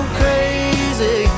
crazy